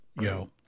yo